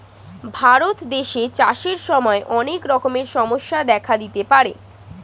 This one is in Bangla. ভারত দেশে চাষের সময় অনেক রকমের সমস্যা দেখা দিতে পারে